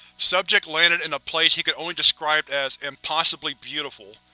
subject landed in a place he could only describe as impossibly beautiful.